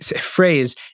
phrase